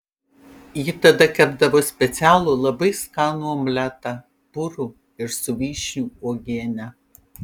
ji tada kepdavo specialų labai skanų omletą purų ir su vyšnių uogiene